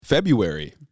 February